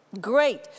Great